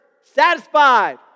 Satisfied